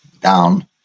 down